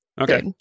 Okay